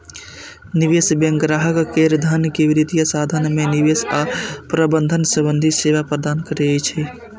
निवेश बैंक ग्राहक केर धन के वित्तीय साधन मे निवेश आ प्रबंधन संबंधी सेवा प्रदान करै छै